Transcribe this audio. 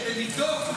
כדי לבדוק,